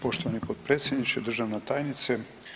Poštovani potpredsjedniče, državna tajnice.